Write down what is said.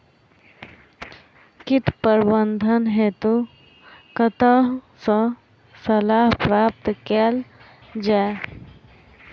कीट प्रबंधन हेतु कतह सऽ सलाह प्राप्त कैल जाय?